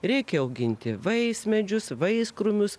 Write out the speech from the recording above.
reikia auginti vaismedžius vaiskrūmius